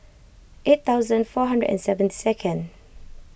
eight thousand four hundred and seventy second